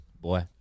boy